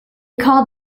called